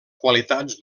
qualitats